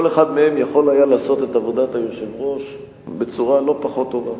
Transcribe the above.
כל אחד מהם יכול היה לעשות את עבודת היושב-ראש בצורה לא פחות טובה.